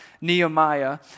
Nehemiah